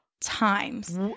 times